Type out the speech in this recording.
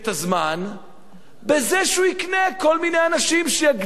בזה שהוא יקנה כל מיני אנשים שיגדילו לו באופן